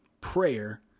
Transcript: prayer